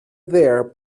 there